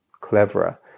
cleverer